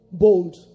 bold